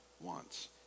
wants